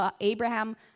Abraham